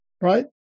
Right